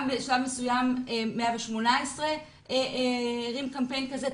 גם בשלב מסוים 118 הרים קמפיין כזה.